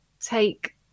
take